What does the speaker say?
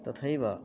तथैव